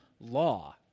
law